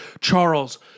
Charles